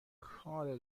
کار